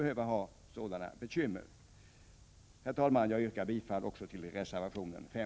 Herr talman! Jag yrkar bifall även till reservation 5.